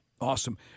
Awesome